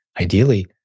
Ideally